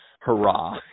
hurrah